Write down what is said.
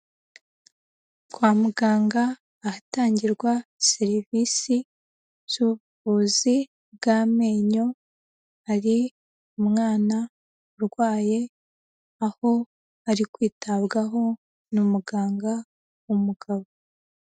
Kwa muganga ahatangirwa serivisi z'ubuvuzi bw'amenyo, hari umwana urwaye, aho ari kwitabwaho na muganga w'umugabo.